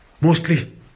mostly